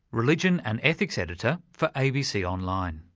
religion and ethics editor for abc online.